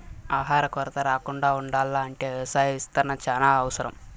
ఆహార కొరత రాకుండా ఉండాల్ల అంటే వ్యవసాయ విస్తరణ చానా అవసరం